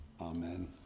Amen